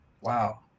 Wow